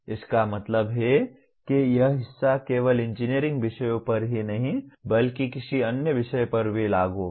इसका मतलब है कि यह हिस्सा केवल इंजीनियरिंग विषयों पर ही नहीं बल्कि किसी अन्य विषय पर भी लागू होगा